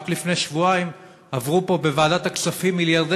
רק לפני שבועיים עברו פה בוועדת הכספים מיליארדי